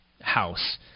house